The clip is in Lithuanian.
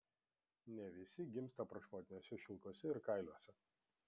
ne visi gimsta prašmatniuose šilkuose ir kailiuose